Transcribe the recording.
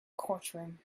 courtroom